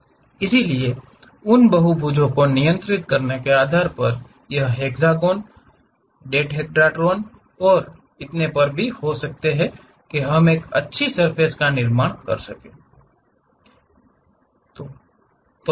इसलिए उन बहुभुजों को नियंत्रित करने के आधार पर यह हेक्सागोन डोडेकाहेड्रोन और इतने पर हो सकता है हम एक अच्छी सर्फ़ेस के निर्माण की स्थिति में होंगे